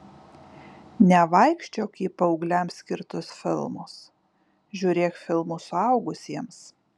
nevaikščiok į paaugliams skirtus filmus žiūrėk filmus suaugusiems